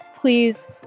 please